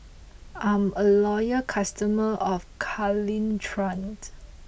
I'm a loyal customer of Caltrate